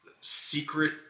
secret